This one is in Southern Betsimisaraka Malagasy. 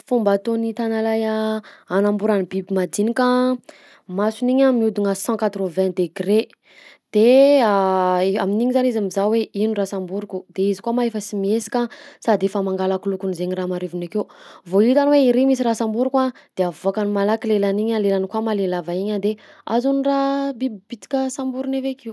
Fomba ataon'ny tanalahy anamborany biby madinika: masony igny a mihodigna cent quatre-vingts degré, de amin'igny zany izy mizaha hoe ino raha samboriko, de izy koa ma efa sy miesika sady efa mangalaka lokon'zaigny raha marivony akeo, vao hitany hoe iry misy raha samboriko a de avoakany malaky lelany igny a, lelany koa ma le lava igny a de azony raha, biby bitika samboriny avy akeo.